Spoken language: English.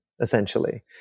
essentially